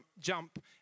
jump